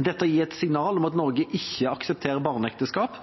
Dette gir et signal om at Norge ikke aksepterer barneekteskap